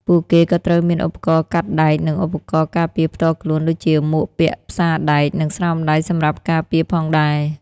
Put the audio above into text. ពួកគេក៏ត្រូវមាន ឧបករណ៍កាត់ដែក និង ឧបករណ៍ការពារផ្ទាល់ខ្លួន ដូចជាមួកពាក់ផ្សារដែកនិងស្រោមដៃសម្រាប់ការពារផងដែរ។